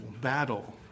battle